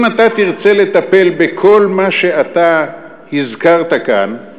אם אתה תרצה לטפל בכל מה שהזכרת כאן,